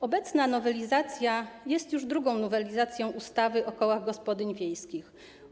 Obecna nowelizacja jest już drugą nowelizacją ustawy o kołach gospodyń wiejskich.